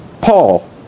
Paul